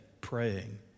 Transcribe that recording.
praying